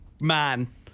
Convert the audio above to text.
Man